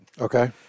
Okay